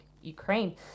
Ukraine